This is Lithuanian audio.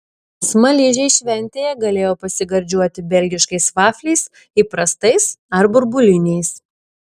smaližiai šventėje galėjo pasigardžiuoti belgiškais vafliais įprastais ar burbuliniais